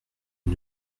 une